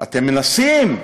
אתם מנסים.